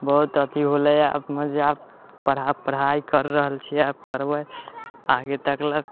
बहुत अथी होलै मजा आब पढ़ाई कर रहल छियै करबै आगे तकलक